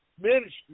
Ministry